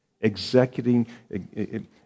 Executing